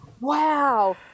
Wow